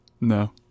No